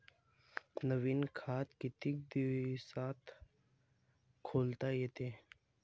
नवीन खात कितीक दिसात खोलता येते?